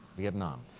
vietnam.